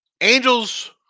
Angels